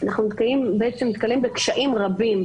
אנחנו נתקלים בקשיים רבים,